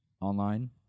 online